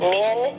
men